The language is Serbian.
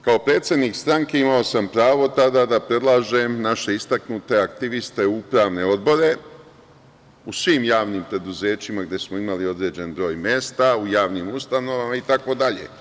Kao predsednik stranke imao sam pravo tada da predlažem naše istaknute aktiviste u upravne odbore u svim javnim preduzećima gde smo imali određen broj mesta, u javnim ustanovama, itd.